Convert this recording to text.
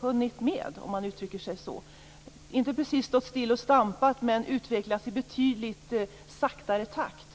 hunnit med, om man uttrycker sig så. Den har inte precis stått stilla och stampat, men den har utvecklats i betydligt långsammare takt.